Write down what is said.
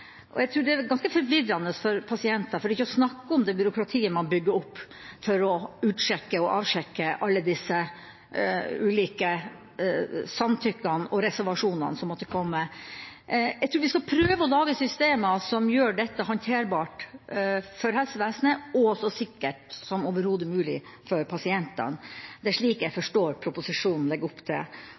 opplysninger. Jeg tror dette er ganske forvirrende for pasientene – for ikke å snakke om byråkratiet man bygger opp for å utsjekke og avsjekke alle disse ulike samtykkene og reservasjonene som måtte komme. Jeg tror man skal prøve å lage systemer som gjør dette håndterbart for helsevesenet og så sikkert som overhodet mulig for pasientene. Det er det jeg forstår at proposisjonen legger opp til.